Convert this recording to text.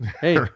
Hey